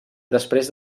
després